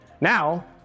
now